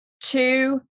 two